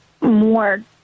more